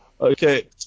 okay